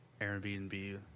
Airbnb